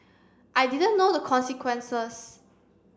I didn't know the consequences